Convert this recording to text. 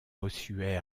bossuet